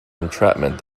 entrapment